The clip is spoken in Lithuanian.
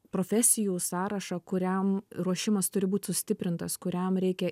profesijų sąrašą kuriam ruošimas turi būt sustiprintas kuriam reikia